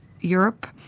Europe